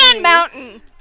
mountain